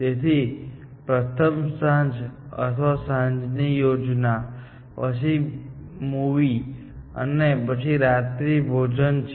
તેથી પ્રથમ સાંજ અથવા સાંજની યોજના પછી મૂવી અને પછી રાત્રિભોજન છે